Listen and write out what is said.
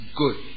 good